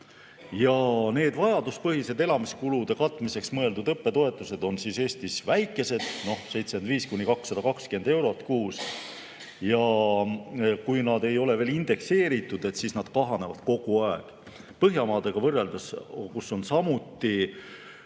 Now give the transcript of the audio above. Vajaduspõhised elamiskulude katmiseks mõeldud õppetoetused on Eestis väikesed, 75–220 eurot kuus. Ja kui need ei ole indekseeritud, siis need kahanevad kogu aeg. Põhjamaadega võrreldes, kus on samuti